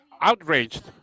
outraged